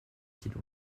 kilos